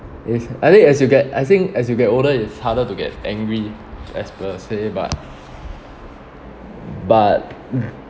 it's I think as you get I think as you get older it's harder to get angry as per se but but